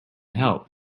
help